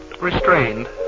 restrained